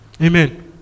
Amen